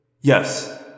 Yes